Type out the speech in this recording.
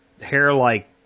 hair-like